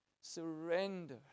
Surrender